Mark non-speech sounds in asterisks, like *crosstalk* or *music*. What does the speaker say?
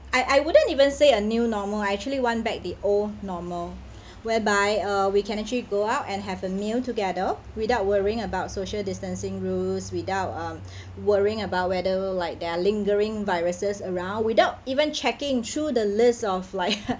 I I wouldn't even say a new normal I actually want back the old normal whereby uh we can actually go out and have a meal together without worrying about social distancing rules without uh worrying about whether like there are lingering viruses around without even checking through the list of like *laughs*